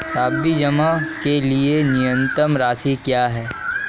सावधि जमा के लिए न्यूनतम राशि क्या है?